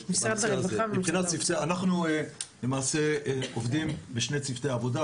אנחנו למעשה עובדים בשני צוותי עבודה,